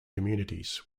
communities